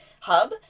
hub